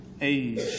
age